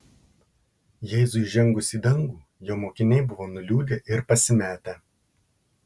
jėzui įžengus į dangų jo mokiniai buvo nuliūdę ir pasimetę